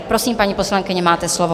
Prosím, paní poslankyně, máte slovo.